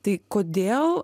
tai kodėl